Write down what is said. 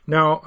Now